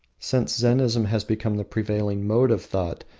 since zennism has become the prevailing mode of thought,